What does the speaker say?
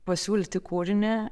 pasiūlyti kūrinį